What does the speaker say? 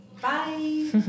Bye